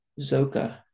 Zoka